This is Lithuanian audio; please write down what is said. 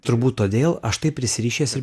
turbūt todėl aš taip prisirišęs ir